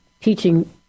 teaching